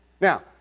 Now